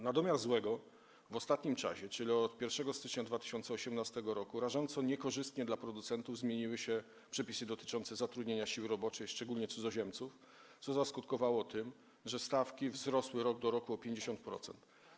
Na domiar złego w ostatnim czasie, czyli od 1 stycznia 2018 r., rażąco niekorzystnie dla producentów zmieniły się przepisy dotyczące zatrudnienia siły roboczej, szczególnie cudzoziemców, co poskutkowało tym, że stawki wzrosły rok do roku o 50%.